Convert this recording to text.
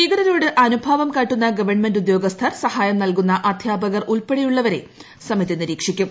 ഭീകരരോട് അനുഭാവം കാട്ടുന്ന ഗവൺമെന്റ് ഉദ്യോസ്ഥർ സഹായം നൽകുന്ന അദ്ധ്യാപകർ ഉൾപ്പെടെയുള്ളവരെ സമിതി നിരീക്ഷിക്കും